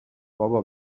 بابا